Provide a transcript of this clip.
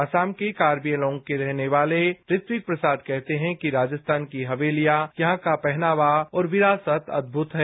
असम के कार्बी एनोंग के रहने वाले ऋतिक प्रसाद कहते हैं कि राजस्थान की हवेलियां यहां का पहनावा और विरासत अदमुत है